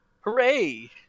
Hooray